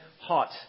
hot